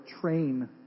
train